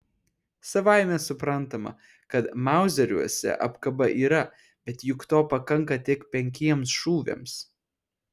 savaime suprantama kad mauzeriuose apkaba yra bet juk to pakanka tik penkiems šūviams